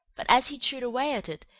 but, as he chewed away at it,